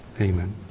Amen